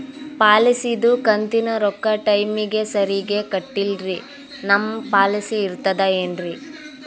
ಪಾಲಿಸಿದು ಕಂತಿನ ರೊಕ್ಕ ಟೈಮಿಗ್ ಸರಿಗೆ ಕಟ್ಟಿಲ್ರಿ ನಮ್ ಪಾಲಿಸಿ ಇರ್ತದ ಏನ್ರಿ?